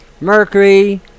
Mercury